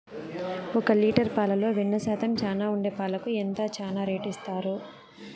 ఒక లీటర్ పాలలో వెన్న శాతం చానా ఉండే పాలకు ఎంత చానా రేటు ఇస్తారు?